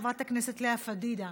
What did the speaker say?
חברת הכנסת לאה פדידה,